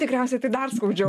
tikriausiai tai dar skaudžiau